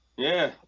yeah,